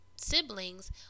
siblings